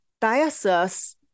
diocese